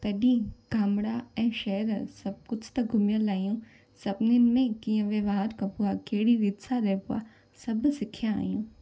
तॾहि गामु ऐं शहरु सभु कुझु त घूमियलु आहियूं सभिनीनि में कीअं व्यवहार कबो आहे कहिड़ी रीति सां रहबो आहे सभु सिखिया आहियूं